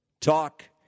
talk